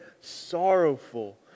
sorrowful